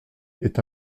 est